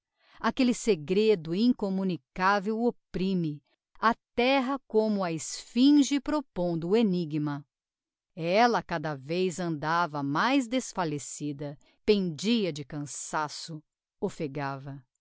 aquelle segredo incommunicavel opprime aterra como a sphinge propondo o enigma ella cada vez andava mais desfallecida pendia de cansaço offegava